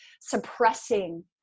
suppressing